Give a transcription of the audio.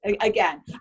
again